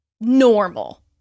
normal